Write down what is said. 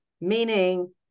meaning